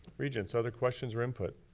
regents, other questions or input?